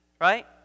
right